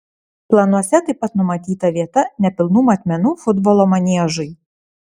planuose taip pat numatyta vieta nepilnų matmenų futbolo maniežui